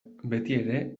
betiere